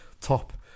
top